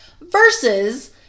versus